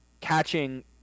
catching